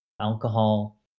alcohol